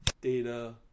data